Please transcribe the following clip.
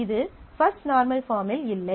இது first normal பார்மில் இல்லை